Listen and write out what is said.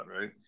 right